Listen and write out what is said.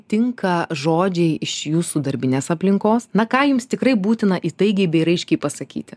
tinka žodžiai iš jūsų darbinės aplinkos na ką jums tikrai būtina įtaigiai bei raiškiai pasakyti